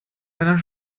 einer